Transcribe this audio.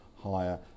higher